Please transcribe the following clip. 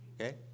Okay